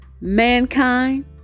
mankind